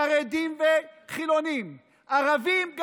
חרדים וחילונים, גם ערבים,